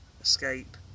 escape